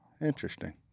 interesting